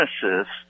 genesis